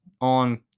on